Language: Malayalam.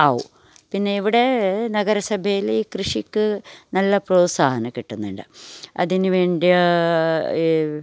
ആവും പിന്നെ ഇവിടെ നഗരസഭയിൽ കൃഷിക്ക് നല്ല പ്രോത്സാഹനം കിട്ടുന്നില്ല അതിന് വേണ്ട്യ